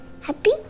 Happy